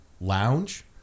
Lounge